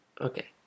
Okay